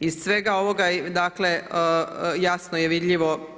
Iz svega ovog dakle, jasno je vidljivo